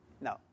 No